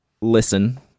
listen